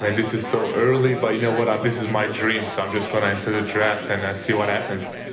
and this is so early, but you know what, this is my dream, so i'm just going to enter the draft and ah see what happens.